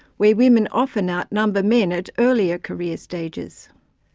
where women often outnumber men at earlier career stages.